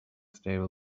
stable